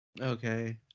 Okay